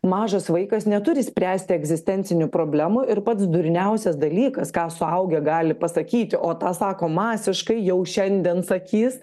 mažas vaikas neturi spręsti egzistencinių problemų ir pats durniausias dalykas ką suaugę gali pasakyti o tą sako masiškai jau šiandien sakys